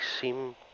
seem